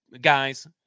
guys